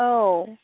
औ